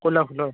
ক'লা ফুলৰ